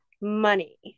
money